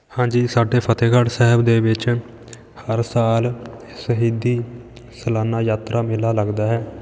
ਹਾਂਜੀ ਸਾਡੇ ਫਤਿਹਗੜ੍ਹ ਸਾਹਿਬ ਦੇ ਵਿੱਚ ਹਰ ਸਾਲ ਸ਼ਹੀਦੀ ਸਾਲਾਨਾ ਯਾਤਰਾ ਮੇਲਾ ਲੱਗਦਾ ਹੈ